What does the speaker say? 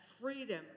freedom